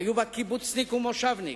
היו בה קיבוצניק ומושבניק,